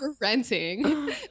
Renting